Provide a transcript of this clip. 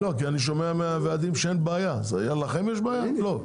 אני שומע מהוועדים שאין בעיה, אז לכם יש בעיה?